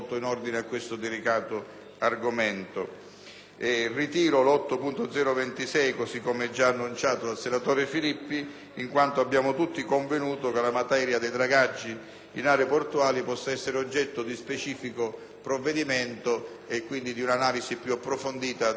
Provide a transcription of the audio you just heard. già ritirato i suoi emendamenti 8.0.203 e 8.0.204, in quanto abbiamo tutti convenuto che la materia dei dragaggi in aree portuali possa essere oggetto di specifico provvedimento e quindi di un'analisi più approfondita da parte sia delle Commissioni che dell'Aula.